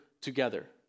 together